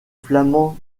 flamand